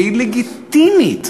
והיא לגיטימית,